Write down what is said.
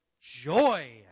Joy